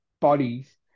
bodies